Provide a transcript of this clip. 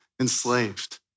enslaved